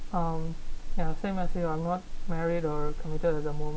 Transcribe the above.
um ya same as me I'm not married or committed at the moment